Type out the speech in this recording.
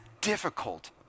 difficult